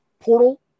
portal